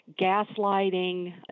gaslighting